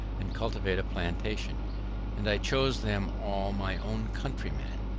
and cultivate a plantation and i chose them all my own countrymen.